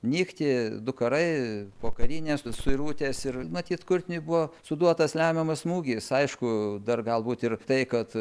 nykti du karai pokarinės suirutės ir matyt kurtiniui buvo suduotas lemiamas smūgis aišku dar galbūt ir tai kad